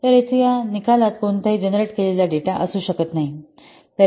तर येथे आणि या निकालात कोणताही जनरेट केलेला डेटा असू शकत नाही